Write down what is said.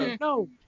No